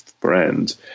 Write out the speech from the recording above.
friend